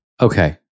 Okay